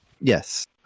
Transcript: Yes